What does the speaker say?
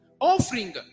Offering